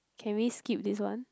can we skip this one